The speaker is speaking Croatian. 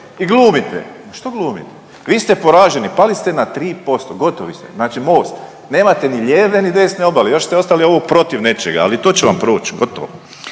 i glumite, što glumite. Vi ste poraženi, pali ste na 3%, gotovo ste. Znači Most nemate ni lijeve ni desne obale, još ste ostali ovo protiv nečega ali i to će vam proć, gotovo.